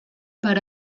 per